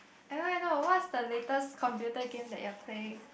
I know I know what's the latest computer game that you're playing